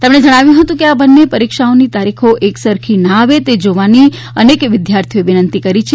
તેમણે જણાવ્યું હતું કે આ બંને પરીક્ષાઓની તારીખો એક સરખી ના આવે તે જોવાની અનેક વિદ્યાર્થીઓએ વિનંતી કરી છે